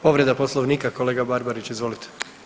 Povreda Poslovnika, kolega Barbarić izvolite.